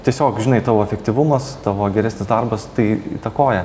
tiesiog žinai tavo efektyvumas tavo geresnis darbas tai įtakoja